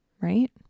right